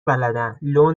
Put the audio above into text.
بلدن، لو